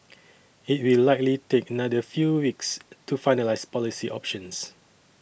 it will likely take another few weeks to finalise policy options